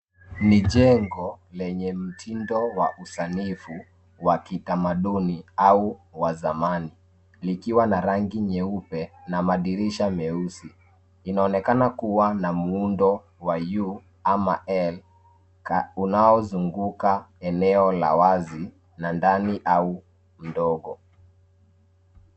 Ni jengo lenye mtindo wa usanifu wa kitamaduni au wa zamani likiwa na rangi nyeupe na madirisha meusi. Inaonekana kuwa na muundo wa U ama L unaozunguka eneo la wazi na ndani au ndogo.